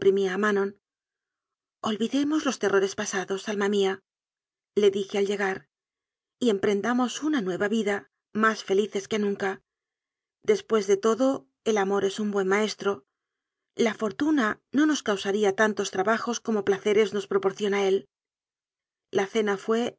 a manon olvidemos los terrores pasados alma míale dije al llegar y emprendamos una nueva vida más feiices que nunca después de todo el amor es un buen maestro la fortuna no nos causaría tantos trabajos como placeres nos proporciona él la cena fué